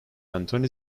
antoni